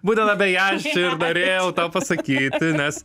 būtent apie ją aš čia ir norėjau tau pasakyti nes